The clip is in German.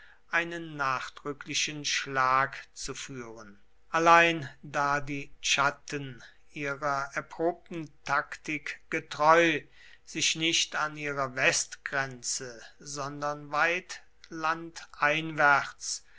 einen nachdrücklichen schlag zu führen allein da die chatten ihrer erprobten taktik getreu sich nicht an ihrer westgrenze sondern weit landeinwärts